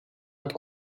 het